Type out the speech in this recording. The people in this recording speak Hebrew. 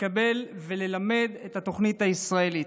לקבל וללמד את התוכנית הישראלית.